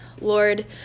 Lord